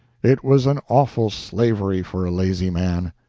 it was an awful slavery for a lazy man.